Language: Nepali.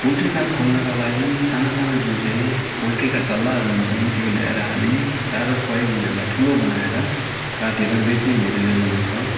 पोल्ट्री फार्म खोल्नको लागि साना साना जुन चाहिँ पोल्ट्रीका चल्लाहरू हुन्छन् त्यो ल्याएर हालेँ चारो खुवाई उनीहरलाई ठुलो बनाएर काटेर बेच्ने मेरो योजना छ